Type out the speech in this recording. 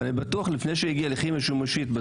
ואני בטוח שלפני שהגיעו לייצור,